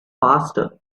faster